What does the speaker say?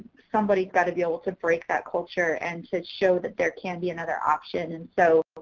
somebody's got to be able to break that culture and should show that there can be another option. and so,